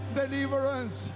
deliverance